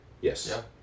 Yes